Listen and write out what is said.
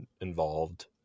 involved